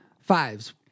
Fives